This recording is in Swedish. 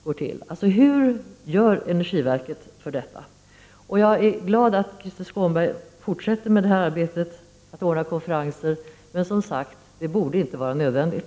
Hur arbetar alltså energiverket? Jag är glad att Krister Skånberg fortsätter arbetet med att ordna konferenser. Men, som sagt, det borde inte vara nödvändigt.